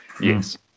Yes